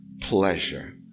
pleasure